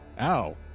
Ow